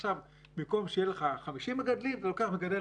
במקום שבו היו 50 מגדלים אתה לוקח מגדל